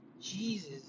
Jesus